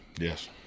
Yes